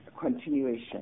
continuation